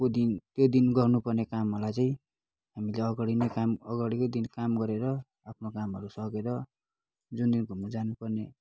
त्यो दिन त्यो दिन गर्नुपर्ने कामहरूलाई चाहिँ हामीले अगाडि नै काम अगाडिकै दिन काम गरेर आफ्नो कामहरू सकेर जुन दिन घुम्नु जानुपर्ने